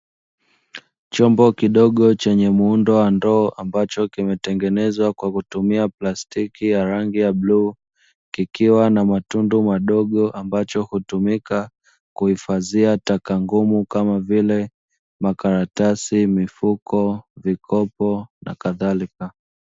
Chombo kidogo chenye muundo wa ndoa ambacho kimetengenezwa kwa kutumia plastiki ya rangi ya bluu kikiwa na matundu madogo ambacho hutumika kuhifadhia taka ngumu kama vile; makaratasi, mifuko, mikopo na kadhalika.